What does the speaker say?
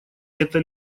это